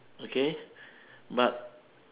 okay but